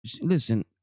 Listen